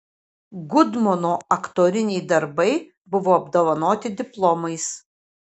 gudmono aktoriniai darbai buvo apdovanoti diplomais